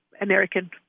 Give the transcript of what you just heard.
American